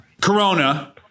Corona